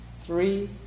three